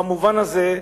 במובן הזה,